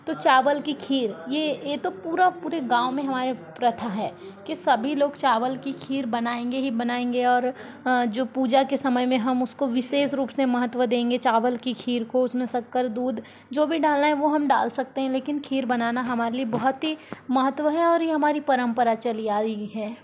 तो चावल की खीर ये ये तो पूरा पूरे गांव में हमारे प्रथा है कि सभी लोग चावल की खीर बनाएंगे ही बनाएंगे और जो पूजा के समय में हम उसको विशेष रूप से महत्त्व देंगे चावल की खीर को उसमें शक्कर दूध जो भी डालना है वो हम डाल सकते हैं लेकिन खीर बनाना हमारे लिए बहुत ही महत्त्व है और ये हमारी परंपरा चली आ रही है